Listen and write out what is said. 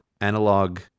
analog